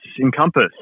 Encompass